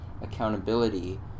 accountability